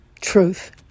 truth